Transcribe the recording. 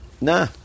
Nah